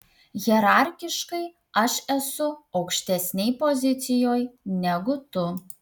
hierarchiškai aš esu aukštesnėj pozicijoj negu tu